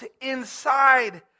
inside